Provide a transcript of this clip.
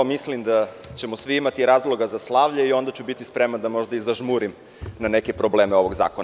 Mislim da ćemo svi imati razloga za slavlje i onda ću biti spreman da možda i zažmurim na neke probleme ovog zakona.